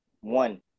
One